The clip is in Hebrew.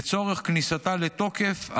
לצורך כניסתה לתוקף,